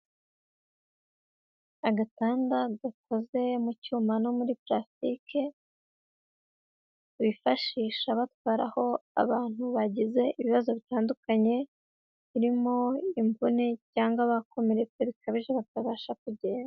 Agatanda gakoze mu cyuma no muri pulasitiki bifashisha batwaraho abantu bagize ibibazo bitandukanye, birimo imvune cyangwa bakomeretse bikabije batabasha kugenda.